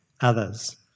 others